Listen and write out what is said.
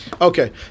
Okay